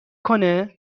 کنه